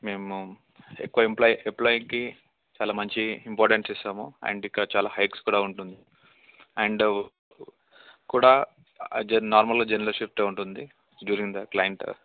మేము ఎక్కువ ఎంప్లాయి ఎంప్లాయ్కి చాలా మంచి ఇంపార్టెన్స్ ఇస్తాము అండ్ ఇంకా చాలా హైక్స్ కూడా ఉంటుంది అండ్ కూడా నార్మల్గా జనరల్ షిఫ్టే ఉంటుంది డ్యూరింగ్ ద క్లైంట్